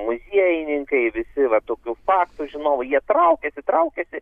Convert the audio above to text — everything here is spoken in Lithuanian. muziejininkai visi va tokių faktų žinau jie traukiasi traukiasi